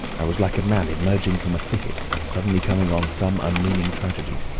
i was like a man emerging from a thicket, and suddenly coming on some unmeaning tragedy.